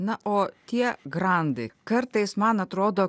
na o tie grandai kartais man atrodo